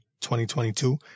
2022